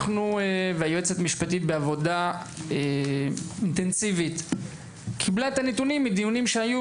היועצת המשפטית בעבודה אינטנסיבית קיבלה את הנתונים מדיונים שהיו,